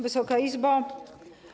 Wysoka Izbo!